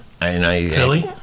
Philly